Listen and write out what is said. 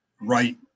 right